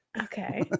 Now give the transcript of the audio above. okay